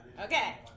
Okay